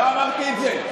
לא אמרתי את זה,